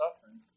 suffering